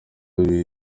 rurimi